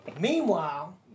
Meanwhile